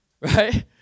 Right